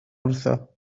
wrtho